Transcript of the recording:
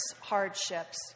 hardships